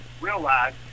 realize